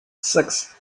six